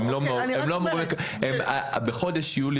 בחודש יולי,